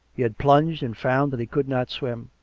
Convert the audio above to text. he had plunged and found that he could not swim.